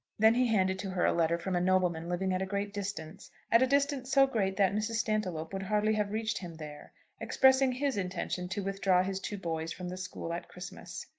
then he handed to her a letter from a nobleman living at a great distance at a distance so great that mrs. stantiloup would hardly have reached him there expressing his intention to withdraw his two boys from the school at christmas.